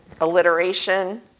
alliteration